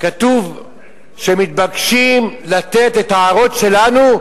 כתוב שמתבקשים לתת את הערות שלנו,